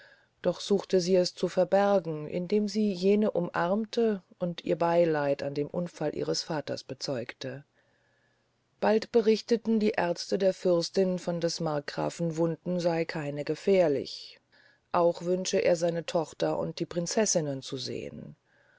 doch suchte sie es zu verbergen indem sie jene umarmte und ihr beyleid an dem unfall ihres vaters bezeugte bald berichteten die aerzte der fürstin von des markgrafen wunden sey keine gefährlich auch wünsche er seine tochter und die prinzessinnen zu sehn